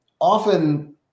Often